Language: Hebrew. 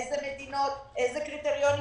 איזה מדינות, איזה קריטריונים,